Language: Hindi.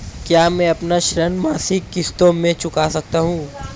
क्या मैं अपना ऋण मासिक किश्तों में चुका सकता हूँ?